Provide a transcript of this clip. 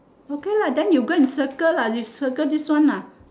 okay lah then you go and circle lah you circle this one ah